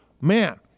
man